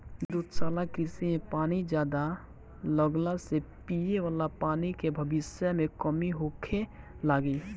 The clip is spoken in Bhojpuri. दुग्धशाला कृषि में पानी ज्यादा लगला से पिये वाला पानी के भविष्य में कमी होखे लागि